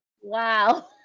Wow